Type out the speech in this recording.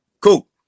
Cool